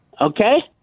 Okay